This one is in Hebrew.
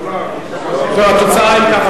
זו התוצאה אם כך.